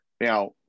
now